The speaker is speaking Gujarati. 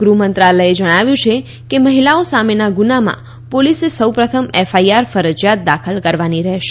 ગૃહ મંત્રાલયે જણાવ્યું છે કે મહિલાઓ સામેના ગુન્હામાં પોલીસોએ સૌ પ્રથમ એફઆઇઆર ફરજીયાત દાખલ કરવાની રહેશે